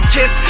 Kiss